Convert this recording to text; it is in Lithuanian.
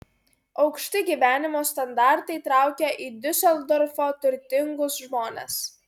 aukšti gyvenimo standartai traukia į diuseldorfą turtingus žmones